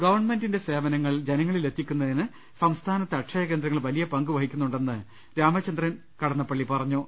ഗവൺമെന്റിന്റെ സേവനങ്ങൾ ജനങ്ങളിൽ എത്തിക്കു ന്നതിന് സംസ്ഥാനത്തെ അക്ഷയ കേന്ദ്രങ്ങൾ വലിയ പങ്കു വ ഹി ക്കു ന്നു ണ്ടെന്ന് മന്തി രാമ ച ന്ദ്രൻ കടന്നപ്പള്ളി പറഞ്ഞു